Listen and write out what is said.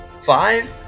Five